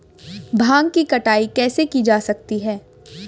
भांग की कटाई कैसे की जा सकती है?